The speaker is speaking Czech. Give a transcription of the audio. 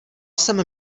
jsem